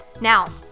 Now